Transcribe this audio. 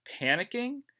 panicking